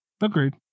Agreed